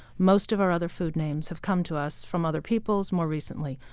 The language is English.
most of our other food names have come to us from other peoples more recently.